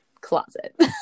closet